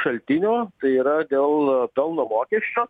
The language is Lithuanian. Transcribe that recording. šaltinio tai yra dėl pelno mokesčio